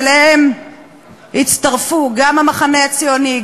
שאליהן הצטרפו גם המחנה הציוני,